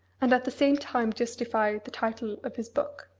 and at the same time justify the title of his book?